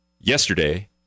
yesterday